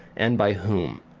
and by whom.